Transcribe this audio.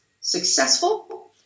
successful